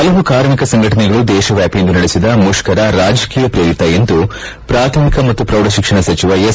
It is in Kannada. ಹಲವು ಕಾರ್ಮಿಕ ಸಂಘಟನೆಗಳು ದೇಶವ್ಯಾಪಿ ಇಂದು ನಡೆಸಿದ ಮುತ್ತರ ರಾಜಕೀಯ ಶ್ರೇರಿತ ಎಂದು ಪ್ರಾಥಮಿಕ ಮತ್ತು ಪ್ರೌಢ ಶಿಕ್ಷಣ ಸಚಿವ ಎಸ್